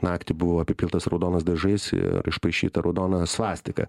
naktį buvo apipiltas raudonais dažais ir išpaišyta raudona svastika